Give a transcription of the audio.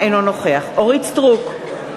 אינו נוכח אורית סטרוק,